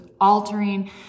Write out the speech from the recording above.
altering